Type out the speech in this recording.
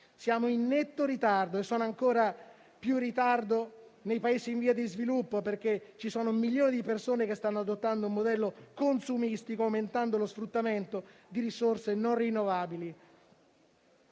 Siamo in netto ritardo e sono ancora più in ritardo i Paesi in via di sviluppo, perché vi sono milioni di persone che stanno adottando un modello consumistico, aumentando lo sfruttamento di risorse non rinnovabili.